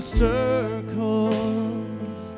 circles